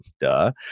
Duh